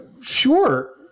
Sure